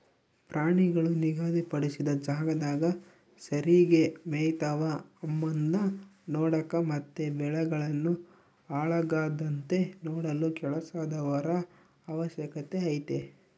ಪ್ರಾಣಿಗಳು ನಿಗಧಿ ಪಡಿಸಿದ ಜಾಗದಾಗ ಸರಿಗೆ ಮೆಯ್ತವ ಅಂಬದ್ನ ನೋಡಕ ಮತ್ತೆ ಬೆಳೆಗಳನ್ನು ಹಾಳಾಗದಂತೆ ನೋಡಲು ಕೆಲಸದವರ ಅವಶ್ಯಕತೆ ಐತೆ